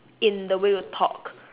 in the way you talk